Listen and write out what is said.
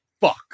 fuck